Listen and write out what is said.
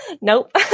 Nope